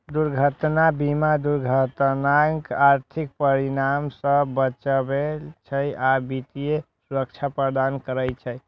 दुर्घटना बीमा दुर्घटनाक आर्थिक परिणाम सं बचबै छै आ वित्तीय सुरक्षा प्रदान करै छै